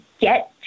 get